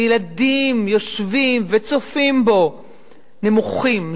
וילדים יושבים וצופים בו נמוכים,